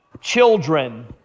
children